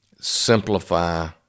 simplify